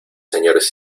señores